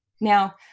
Now